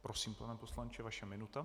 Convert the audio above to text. Prosím, pane poslanče, vaše minuta.